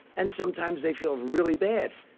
and sometimes they feel really bad.